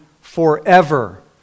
forever